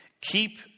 Keep